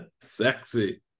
Sexy